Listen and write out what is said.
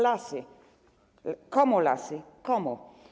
Lasy - komu lasy, komu?